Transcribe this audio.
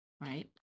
Right